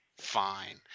fine